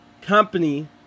Company